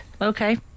Okay